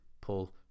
Paul